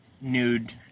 nude